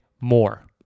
more